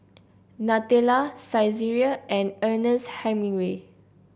Nutella Saizeriya and Ernest Hemingway